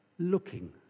Looking